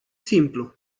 simplu